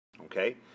Okay